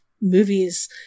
movies